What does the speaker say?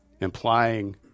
implying